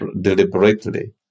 deliberately